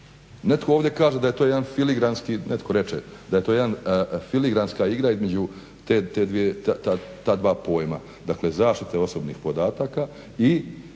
Netko ovdje kaže da je to jedan filigranski, netko reče daje to je filigranska igra između ta dva pojma, dakle zaštite osobnih podataka i